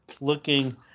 looking